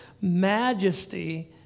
majesty